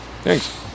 Thanks